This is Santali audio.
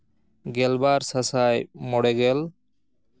ᱜᱮᱞᱵᱟᱨ ᱥᱟᱥᱟᱭ ᱢᱚᱬᱮᱜᱮᱞ